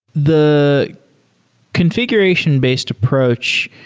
the confi guration-based approach,